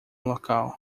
local